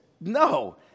no